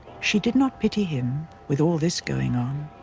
she did not pity him with all this going on.